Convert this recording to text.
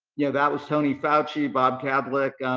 yeah that was tony fauci, bob cablik,